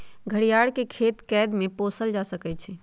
घरियार के खेत आऽ कैद में पोसल जा सकइ छइ